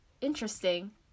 Interesting